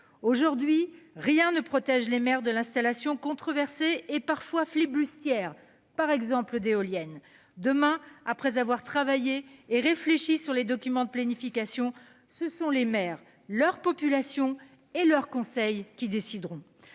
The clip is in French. aujourd'hui rien ne protège les maires de l'installation controversée et parfois flibustières par exemple d'éoliennes demain après avoir travaillé et réfléchi sur les documents de planifications, ce sont les maires leur population et leurs conseils qui décideront.